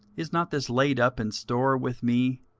is not this laid up in store with me,